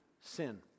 sin